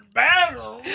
battle